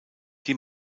die